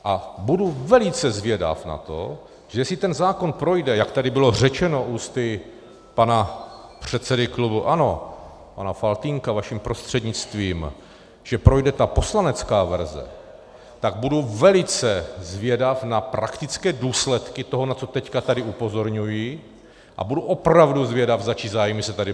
A budu velice zvědav na to, jestli ten zákon projde, jak tady bylo řečeno ústy pana předsedy klubu ANO pana Faltýnka vaším prostřednictvím, že projde ta poslanecká verze, tak budu velice zvědav na praktické důsledky toho, na co teď tady upozorňuji, a budu opravdu zvědav, za čí zájmy se tady bojovalo.